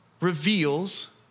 reveals